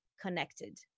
connected